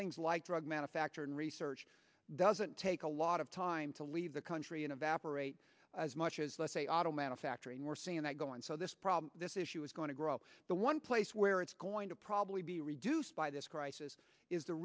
things like drug man a fact and research doesn't take a lot of time to leave the country and evaporate as much as let's say auto manufacturing we're seeing that go on so this problem this issue is going to grow but one place where it's going to probably be reduced by this crisis is the